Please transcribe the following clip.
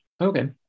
Okay